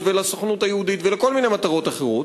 ולסוכנות היהודית ולכל מיני מטרות אחרות,